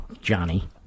Johnny